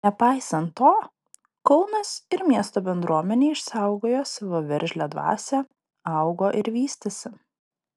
nepaisant to kaunas ir miesto bendruomenė išsaugojo savo veržlią dvasią augo ir vystėsi